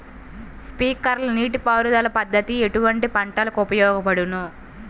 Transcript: Sprinkler నీటిపారుదల పద్దతి ఎటువంటి పంటలకు ఉపయోగపడును?